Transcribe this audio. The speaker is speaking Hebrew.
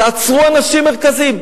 תעצרו אנשים מרכזיים.